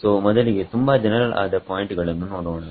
ಸೋಮೊದಲಿಗೆ ತುಂಬಾ ಜನರಲ್ ಆದ ಪಾಯಿಂಟ್ ಗಳನ್ನು ನೋಡೋಣ